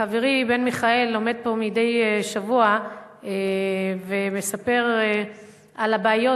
חברי בן-ארי עומד פה מדי שבוע ומספר על הבעיות,